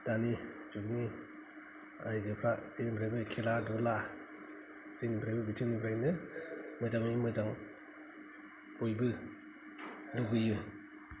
दानि जुगनि आइजोफ्रा जेनिफ्रायबो खेला दुला जेनिफ्राइबो बिथिंनिफ्रायबो मोजाङै मोजां बयबो लुबैयो